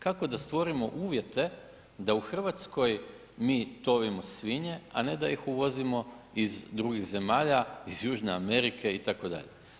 Kako da stvorimo uvjete da u Hrvatskoj mi tovimo svinje a ne da ih uvozimo iz drugih zemalja, iz Južne Amerike, itd.